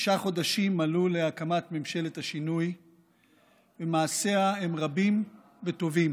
שישה חודשים מלאו להקמת ממשלת השינוי ומעשיה הם רבים וטובים.